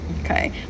okay